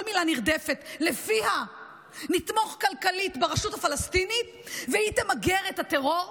כל מילה נרדפת שלפיה נתמוך כלכלית ברשות הפלסטינית והיא תמגר את הטרור,